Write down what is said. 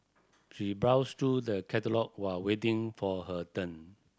she browsed through the catalogue while waiting for her turn